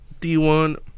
D1